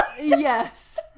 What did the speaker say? yes